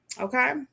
Okay